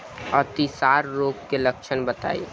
अतिसार रोग के लक्षण बताई?